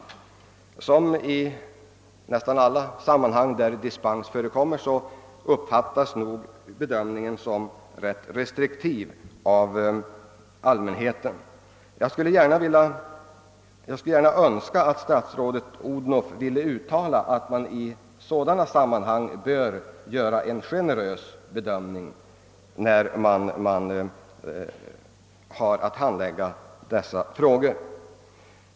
Liksom i nästan alla sammanhang där dispens förekommer uppfattas nog av allmänheten tilllämpningen som ganska restriktiv. Jag hoppas att statsrådet Odhnoff i dag vill uttala att man vid handläggningen av sådana fall bör göra en generös bedömning.